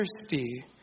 thirsty